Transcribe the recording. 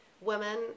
women